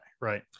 right